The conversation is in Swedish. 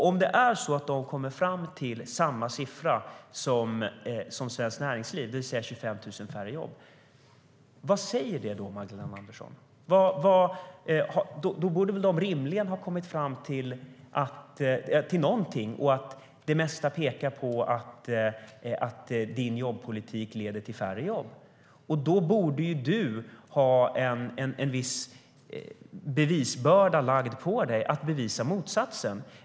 Om det är så att de kommer fram till samma siffra som Svenskt Näringsliv, det vill säga 25 000 färre jobb, vad säger det då, Magdalena Andersson? Då borde de väl rimligen ha kommit fram till att det mesta pekar på att din jobbpolitik leder till färre jobb, och då borde du ha en viss bevisbörda lagd på dig att bevisa motsatsen.